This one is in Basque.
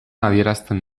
adierazten